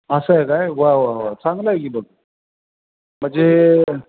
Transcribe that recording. असं आहे काय वा वा वा चांगला आहे की मग म्हणजे